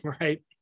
right